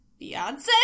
Beyonce